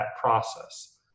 process